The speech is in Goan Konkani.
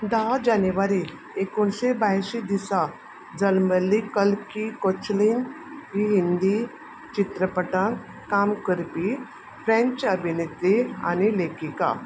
धा जानेवारी एकोणशे ब्यांयशी दिसा जल्मल्ली कल्की कोचलीन ही हिंदी चित्रपटान काम करपी फ्रेंच अभिनेत्री आनी लेखिका